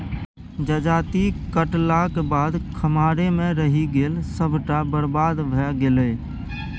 जजाति काटलाक बाद खम्हारे मे रहि गेल सभटा बरबाद भए गेलै